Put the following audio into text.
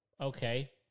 okay